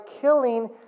killing